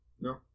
No